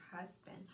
husband